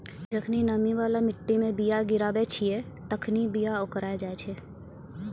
जखनि नमी बाला मट्टी मे बीया गिराबै छिये तखनि बीया ओकराय जाय छै